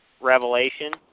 revelation